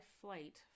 flight